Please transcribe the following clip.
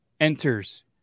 enters